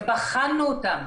ובחנו אותן.